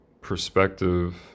perspective